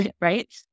right